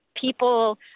people